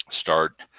start